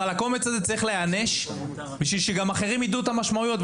אבל הקומץ הזה צריך להיענש בשביל שגם אחרים ידעו את המשמעויות.